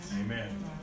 Amen